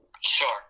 Sure